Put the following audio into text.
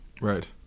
Right